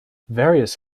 various